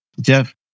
Jeff